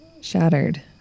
shattered